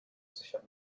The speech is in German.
sichern